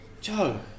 Joe